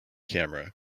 camera